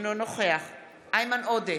אינו נוכח איימן עודה,